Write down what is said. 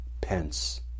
Pence